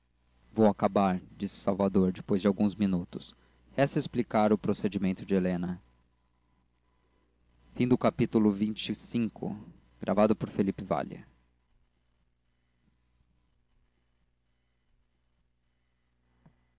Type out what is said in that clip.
vou acabar disse salvador depois de alguns minutos resta explicar o procedimento de helena